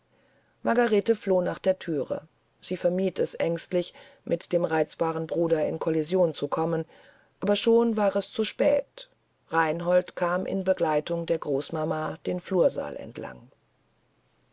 margarete flog nach der thüre sie vermied es ängstlich mit dem reizbaren bruder in kollision zu kommen aber schon war es zu spät reinhold kam in begleitung der großmama den flursaal entlang